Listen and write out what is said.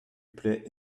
plait